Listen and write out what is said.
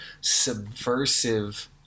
subversive